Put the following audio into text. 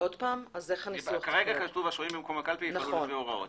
כרגע כתוב השוהים במקום הקלפי יפעלו לפי ההוראות.